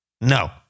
No